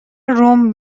روم